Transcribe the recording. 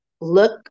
look